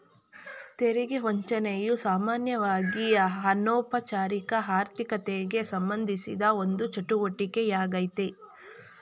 ತೆರಿಗೆ ವಂಚನೆಯು ಸಾಮಾನ್ಯವಾಗಿಅನೌಪಚಾರಿಕ ಆರ್ಥಿಕತೆಗೆಸಂಬಂಧಿಸಿದ ಒಂದು ಚಟುವಟಿಕೆ ಯಾಗ್ಯತೆ